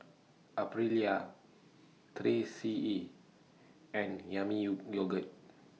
Aprilia three C E and Yami YOU Yogurt